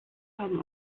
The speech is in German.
haben